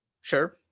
sure